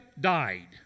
died